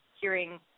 hearing